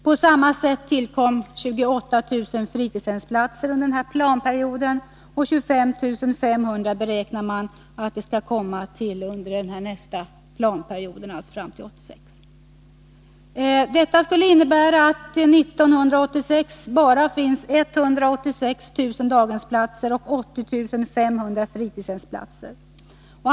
På samma sätt tillkom under den här planperioden 28 000 fritidshemsplatser, och 25 500 beräknar man skall komma till under nästa planperiod, alltså fram till 1986. Det skulle innebära att det 1986 finns bara 186 000 daghemsplatser och 80 500 fritidshemsplatser.